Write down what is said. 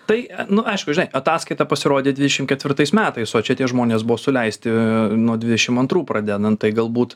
tai nu aišku žinai ataskaita pasirodė dvidešimt ketvirtais metais o čia tie žmonės buvo suleisti nuo dvidešim antrų pradedant tai galbūt